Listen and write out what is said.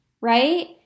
right